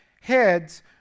heads